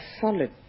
solid